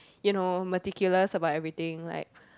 you know meticulous about everything like